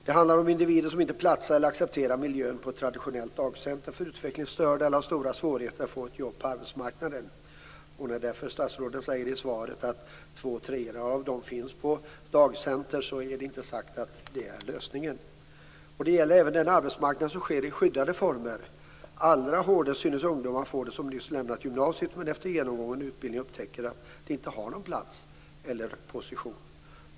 Det handlar om individer som inte platsar, eller som inte accepterar miljön, på ett traditionellt dagcentrum för utvecklingsstörda eller som har stora svårigheter att få ett jobb på arbetsmarknaden. Statsrådet säger i sitt svar att två tredjedelar av de här personerna finns på dagcentrum men därmed inte sagt att det är lösningen. Det gäller även den arbetsmarknad som finns i skyddade former. Allra hårdast synes ungdomar få det som nyss har lämnat gymnasiet och som efter genomgången utbildning upptäcker att de inte har någon plats eller position.